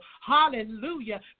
Hallelujah